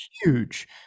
huge